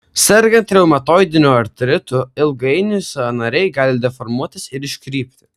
sergant reumatoidiniu artritu ilgainiui sąnariai gali deformuotis ir iškrypti